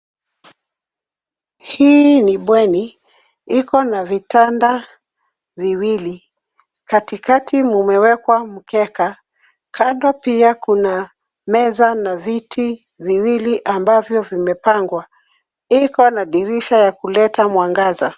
Hii ni bweni, iko na vitanda viwili. Katikati mumewekwa mkeka . Kando pia kuna meza na viti viwili ambavyo vimepangwa. Iko na dirisha ya kuleta mwangaza.